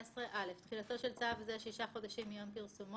התוכן של הדיווח זה גם הפרטים של הדיווח.